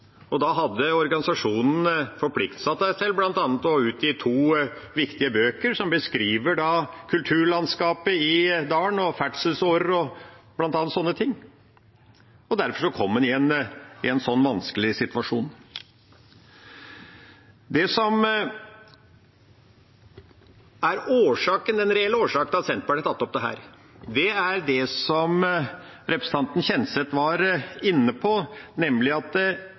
Og da hadde organisasjonen forpliktet seg til bl.a. å utgi to viktige bøker, som beskriver bl.a. kulturlandskapet og ferdselsårer i dalen. Derfor kom en i en vanskelig situasjon. Det som er den reelle årsaken til at Senterpartiet har tatt opp dette, er det representanten Kjenseth var inne på, nemlig at